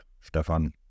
Stefan